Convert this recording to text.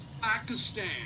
Pakistan